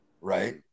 Right